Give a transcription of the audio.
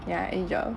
ya any job